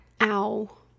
Ow